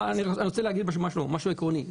אני רוצה לומר משהו עקרוני.